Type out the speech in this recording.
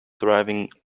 driving